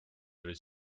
olid